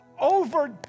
over